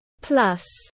Plus